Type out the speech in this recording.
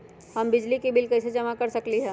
हम बिजली के बिल कईसे जमा कर सकली ह?